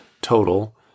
total